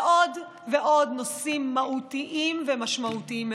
ועוד ועוד נושאים מהותיים ומשמעותיים מאוד.